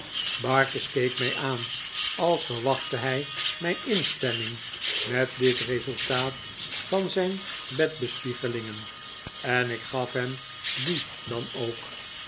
barkis keek mij aan als verwachtte hij mijn instemming met dit resultaat van zijn bed bespiegelingen en ik gaf hem die dan ook